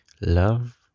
Love